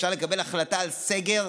אפשר לקבל החלטה על סגר,